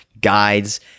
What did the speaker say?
guides